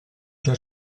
già